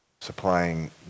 supplying